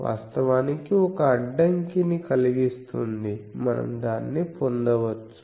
వాస్తవానికి ఒక అడ్డంకిని కలిగిస్తుంది మనం దాన్ని పొందవచ్చు